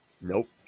Nope